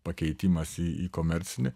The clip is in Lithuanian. pakeitimas į į komercinį